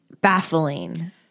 baffling